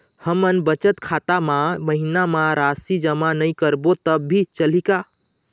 हमन बचत खाता मा महीना मा राशि जमा नई करबो तब भी चलही का?